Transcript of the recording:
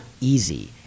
easy